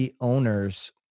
owners